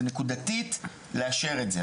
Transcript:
זה נקודתית לאשר את זה.